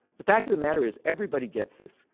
the fact of the matter is everybody gets this.